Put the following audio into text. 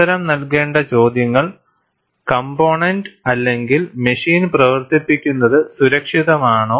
ഉത്തരം നൽകേണ്ട ചോദ്യങ്ങൾ കംപോണൻന്റ് അല്ലെങ്കിൽ മെഷീൻ പ്രവർത്തിപ്പിക്കുന്നത് സുരക്ഷിതമാണോ